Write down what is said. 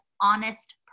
honest